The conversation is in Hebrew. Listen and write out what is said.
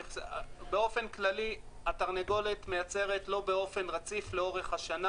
באופן כללי התרנגולת מייצרת לא באופן רציף לאורך השנה.